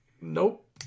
Nope